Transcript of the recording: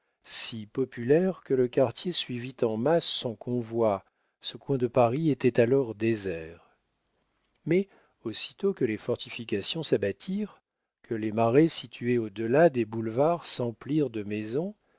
si populaire que le quartier suivit en masse son convoi ce coin de paris était alors désert mais aussitôt que les fortifications s'abattirent que les marais situés au delà des boulevards s'emplirent de maisons